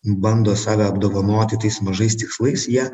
bando save apdovanoti tais mažais tikslais jie